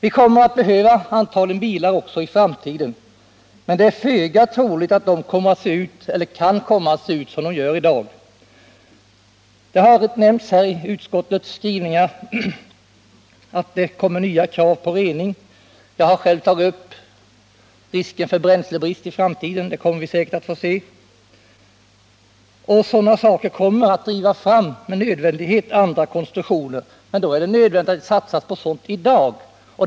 Vi kommer antagligen att behöva bilar också i framtiden, men det är föga troligt att de kan komma att se ut som de gör i dag. Utskottet har nämnt att det kommer nya krav på rening, och jag har själv tagit upp risken för bränslebrist i framtiden; den kommer vi säkert att få se. Sådana omständigheter kommer med nödvändighet att driva fram andra konstruktioner, men då måste man satsa på sådana i dag.